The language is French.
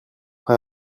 pas